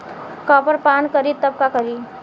Copper पान करी तब का करी?